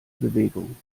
bewegung